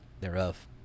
thereof